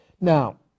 Now